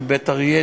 של בית-אריה,